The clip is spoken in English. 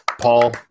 Paul